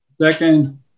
Second